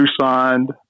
Signed